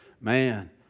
man